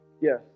yes